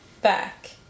back